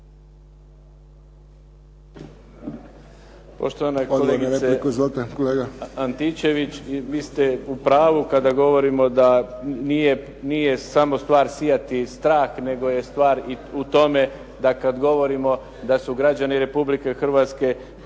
(SDP)** Kolegice Antičević vi ste u pravu kada govorimo da nije samo sijati strah, nego je stvar i u tome da kada govorimo da su građani Republike Hrvatske